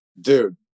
Dude